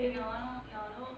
தெரியுமா:teriyuma